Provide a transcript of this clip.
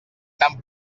tan